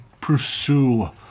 pursue